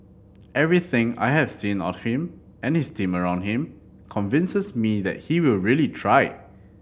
everything I have seen of him and his team around him convinces me that he will really try